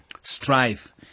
Strife